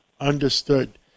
Understood